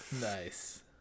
Nice